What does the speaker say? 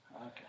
Okay